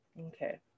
Okay